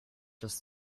just